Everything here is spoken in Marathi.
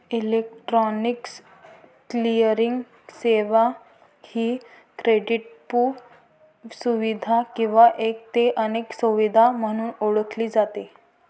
इलेक्ट्रॉनिक क्लिअरिंग सेवा ही क्रेडिटपू सुविधा किंवा एक ते अनेक सुविधा म्हणून ओळखली जाते